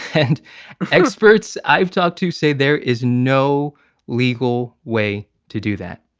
and experts i've talked to say there is no legal way to do that.